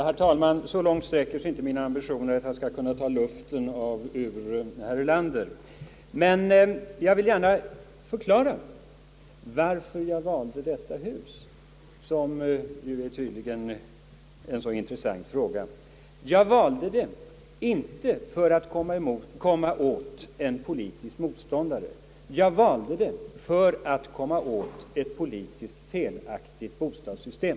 Herr talman! Så långt sträcker sig inte mina ambitioner, att jag hoppas kunna ta luften ur herr Erlander. Jag vill gärna förklara varför jag valde detta hus, när det tydligen är en så intressant fråga. Jag valde detta hus inte för att komma åt en politisk motståndare, utan jag valde det för att komma åt ett politiskt felaktigt bostadssystem.